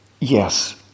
Yes